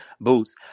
Boots